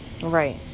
Right